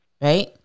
right